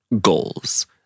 goals